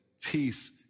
peace